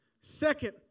Second